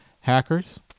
hackers